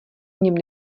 něm